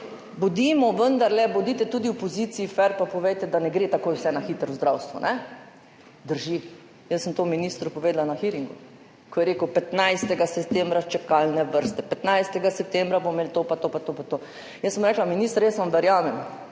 bodimo vendarle, »bodite tudi v opoziciji fer pa povejte, da ne gre takoj vse na hitro v zdravstvu« – drži. Jaz sem to ministru povedala na hearingu, ko je rekel 15. septembra čakalne vrste, 15. septembra bomo imeli to pa to pa to pa to. Jaz sem rekla, minister, jaz vam verjamem,